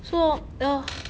so